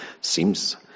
Seems